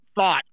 thought